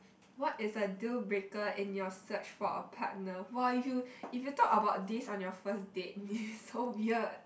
what is a deal breaker in your search for a partner !wah! if you if you talk about this on your first date it's so weird